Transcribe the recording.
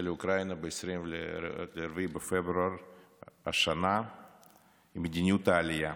לאוקראינה ב-24 בפברואר השנה הוא מדיניות העלייה.